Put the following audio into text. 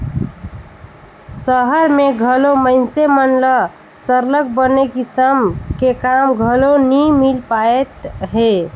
सहर में घलो मइनसे मन ल सरलग बने किसम के काम घलो नी मिल पाएत हे